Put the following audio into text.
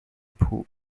poole